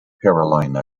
carolina